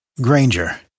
Granger